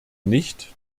nicht